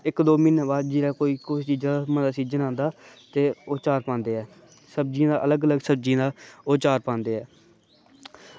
इक्क दौ म्हीनै आस्तै मूली दा सीज़न आंदा ते ओह् आचार पांदे आं सब्ज़ियें दा अलग अलग सब्ज़ियें दा ओह् आचार पांदे